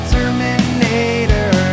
Terminator